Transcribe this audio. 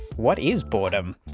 what is boredom?